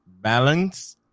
balance